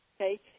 Okay